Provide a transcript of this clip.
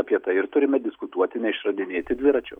apie tai ir turime diskutuoti neišradinėti dviračio